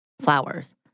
flowers